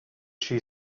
she